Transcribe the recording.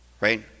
Right